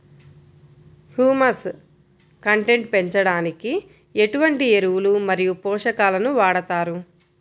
Humus content పెంచడానికి ఎటువంటి ఎరువులు మరియు పోషకాలను వాడతారు?